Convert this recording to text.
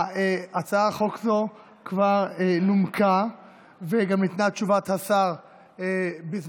התשפ"א 2021. הצעת החוק הזאת כבר נומקה וגם ניתנה תשובת השר בזמנו.